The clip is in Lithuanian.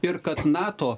ir kad nato